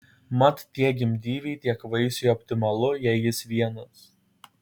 mat tiek gimdyvei tiek vaisiui optimalu jei jis vienas